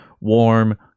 warm